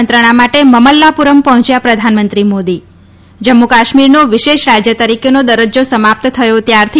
મંત્રણા માટે મમલ્લાપુરમ પહોંચ્યા પ્રધાનમંત્રી મોદી જમ્મુ કાશ્મીરનો વિશેષ રાજ્ય તરીકેનો દરજ્જો સમાપ્ત થયો ત્યારથી